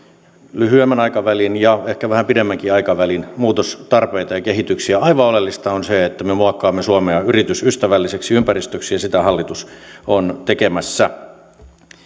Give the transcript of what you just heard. lyhyemmän aikavälin ja ehkä vähän pidemmänkin aikavälin muutostarpeita ja kehityksiä aivan oleellista on se että me muokkaamme suomea yritysystävälliseksi ympäristöksi ja sitä hallitus on tekemässä